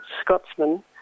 Scotsman